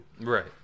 right